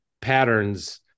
patterns